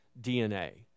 DNA